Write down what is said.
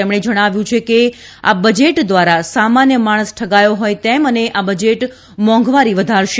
તેમણે જણાવ્યું છે કે આ બજેટ દ્વારા સામાન્ય માણસ ઠગાયો હોય તેમ અને આ બજેટ મોંઘવારી વધારશે